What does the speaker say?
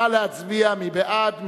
נא להצביע, מי בעד?